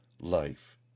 life